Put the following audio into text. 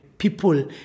people